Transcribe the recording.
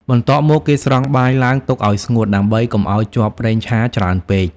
បន្ទាប់មកគេស្រង់បាយឡើងទុកអោយស្ងួត ដើម្បីកុំឲ្យជាប់ប្រេងឆាច្រើនពេក។